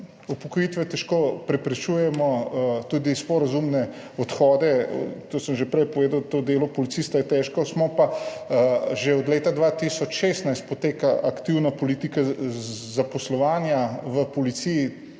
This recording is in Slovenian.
upokojitve težko preprečujemo, tudi sporazumne odhode, to sem že prej povedal, delo policista je težko. Že od leta 2016 poteka aktivna politika zaposlovanja v Policiji,